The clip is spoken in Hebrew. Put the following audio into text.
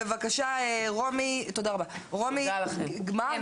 בבקשה רומי גמר.